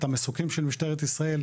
את המסוקים של משטרת ישראל,